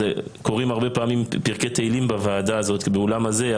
קוראים הרבה פעמים פרקי תהילים באולם הזה,